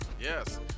Yes